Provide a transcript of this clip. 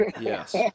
Yes